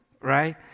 right